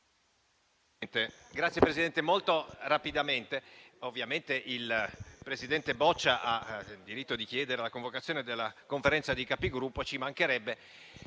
Signor Presidente, ovviamente il presidente Boccia ha il diritto di chiedere la convocazione della Conferenza dei Capigruppo. Ci mancherebbe.